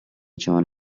john